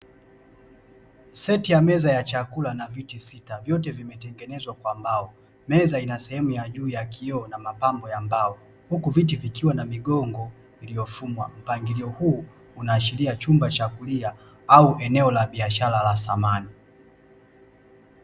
Seti ya meza ya chakula na viti sita vyote vimetengenezwa kwa mbao, meza ina sehemu ya juu ya kioo na mapambo ya mbao huku viti vikiwa na vigongo vilivyofungwa, mpangilio huu unaashiria chumba cha kulia au eneo la biashara la samani.